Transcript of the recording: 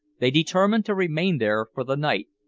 they determined to remain there for the night,